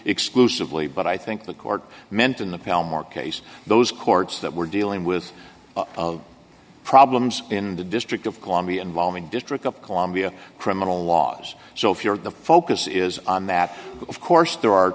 exclusively but i think the court meant in the palmore case those courts that were dealing with problems in the district of columbia involving district of columbia criminal laws so if you're the focus is on that of course there are